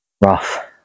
rough